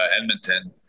Edmonton